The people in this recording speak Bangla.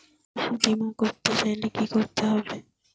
কৃষি বিমা করতে চাইলে কি করতে হবে?